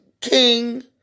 King